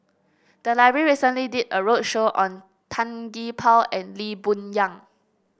the library recently did a roadshow on Tan Gee Paw and Lee Boon Yang